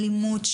אלימות,